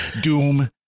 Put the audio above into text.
Doom